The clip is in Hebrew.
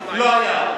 לא היה.